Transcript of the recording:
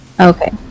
okay